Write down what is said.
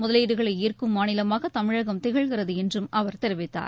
முதலீடுகளை ஈர்க்கும் மாநிலமாக தமிழகம் திகழ்கிறது என்றும் அவர் தெரிவித்தார்